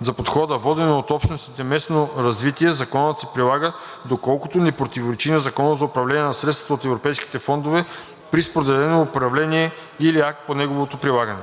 За подхода „Водено от общностите местно развитие“ законът се прилага, доколкото не противоречи на Закона за управление на средствата от Европейските фондове при споделено управление или на акт по неговото прилагане.“